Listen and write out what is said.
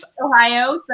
Ohio